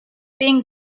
being